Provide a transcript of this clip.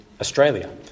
Australia